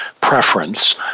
preference